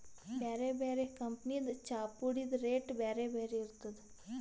ಬ್ಯಾರೆ ಬ್ಯಾರೆ ಕಂಪನಿದ್ ಚಾಪುಡಿದ್ ರೇಟ್ ಬ್ಯಾರೆ ಬ್ಯಾರೆ ಇರ್ತದ್